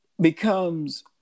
becomes